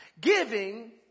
Giving